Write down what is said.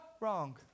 wrong